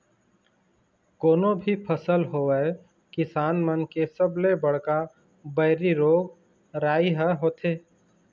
कोनो भी फसल होवय किसान मन के सबले बड़का बइरी रोग राई ह होथे